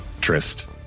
Trist